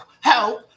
help